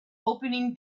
opening